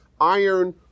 iron